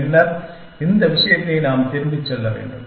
பின்னர் இந்த விஷயத்தை நாம் திரும்பிச் செல்ல வேண்டும்